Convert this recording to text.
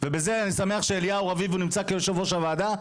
ובזה אני שמח שאליהו רביבו נמצא כיושב ראש הוועדה,